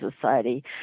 society